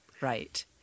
right